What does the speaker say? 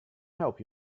help